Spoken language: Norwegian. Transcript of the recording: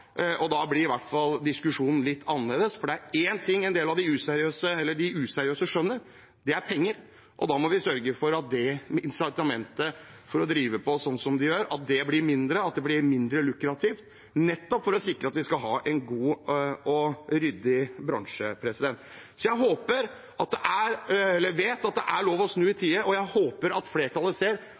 og sørge for at man kan stikke av. Hvis man gir gebyrer, må man betale dem der og da. Da blir i hvert fall diskusjonen litt annerledes, for det er én ting de useriøse skjønner: penger. Da må vi sørge for at incitamentet for å drive på sånn som de gjør, blir mindre – at det blir mindre lukrativt – nettopp for å sikre at vi har en god og ryddig bransje. Jeg vet at det er lov å snu i tide, og jeg håper at flertallet ser